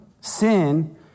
Sin